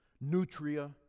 Nutria